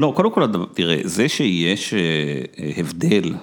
‫לא, קודם כול, תראה, זה שיש הבדל...